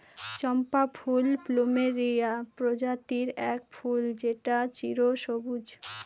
চম্পা ফুল প্লুমেরিয়া প্রজাতির এক ফুল যেটা চিরসবুজ